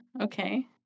Okay